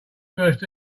first